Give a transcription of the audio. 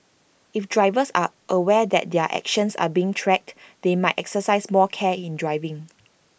if drivers are aware that their actions are being tracked they might exercise more care in driving